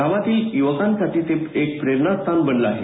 गावातील युवकांसाठी ते एक प्रेरणास्थान बनलं आहे